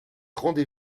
rendez